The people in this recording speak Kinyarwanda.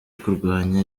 kurwanya